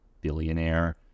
billionaire